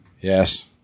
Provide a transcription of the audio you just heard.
Yes